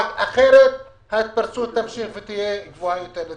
כי אחרת לצערנו ההתפרצות תמשיך ותהיה גבוהה יותר.